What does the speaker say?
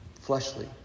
fleshly